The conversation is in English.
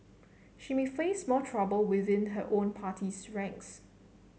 she may face more trouble within her own party's ranks